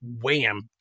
wham